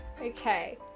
Okay